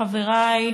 חברי,